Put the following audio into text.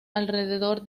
alrededor